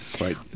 Right